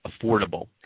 affordable